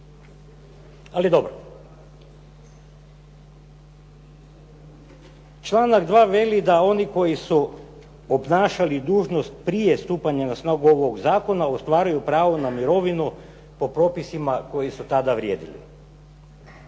Ali dobro. Članak 2. veli da oni koji su obnašali dužnost prije stupanja na snagu ovoga zakona ostvaruju pravo na mirovinu po propisima koji su tada vrijedili.